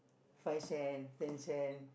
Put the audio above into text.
five cent ten cent